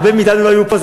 הרבה מאתנו לא היו פה.